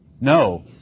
No